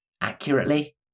accurately